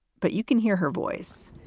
but you can hear her voice.